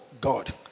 God